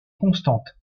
constante